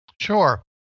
Sure